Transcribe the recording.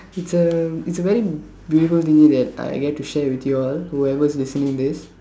it's a it's a very beautiful thing that I get to share with y'all who ever is listening this